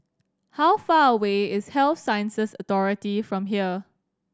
how far away is Health Sciences Authority from here